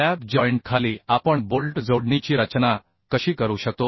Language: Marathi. लॅप जॉईंटखाली आपण बोल्ट जोडणीची रचना कशी करू शकतो